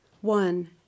One